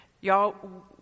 Y'all